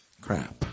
Crap